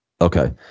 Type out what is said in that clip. Okay